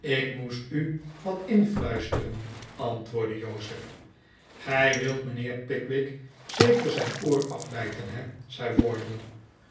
ik moest u wat influisteren antwoordde jozef gij wilt mijnheer pickwick zeker zijn oor af bij ten he zei wardle